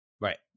Right